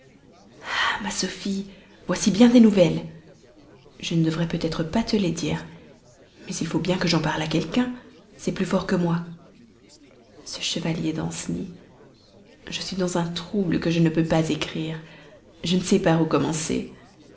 ah ma sophie voici bien des nouvelles je ne devrais peut-être pas te les dire mais il faut bien que j'en parle à quelqu'un c'est plus fort que moi ce chevalier danceny je suis dans un trouble que je ne peux pas écrire je ne sais par où commencer